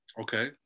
Okay